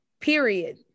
period